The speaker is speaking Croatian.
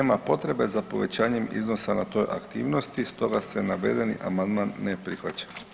Nema potrebe za povećanjem iznosa na toj aktivnosti, stoga se navedeni amandman ne prihvaća.